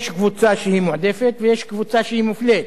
יש קבוצה שהיא מועדפת ויש קבוצה שהיא מופלית.